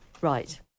Right